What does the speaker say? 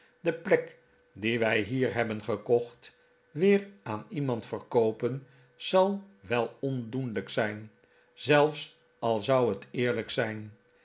de plek die wij hier hebben gekocht weer aan iemand te verkoopen zal wel ondoenlijk zijn zelfs al zou het eerlijk zijn